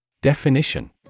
Definition